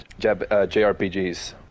JRPGs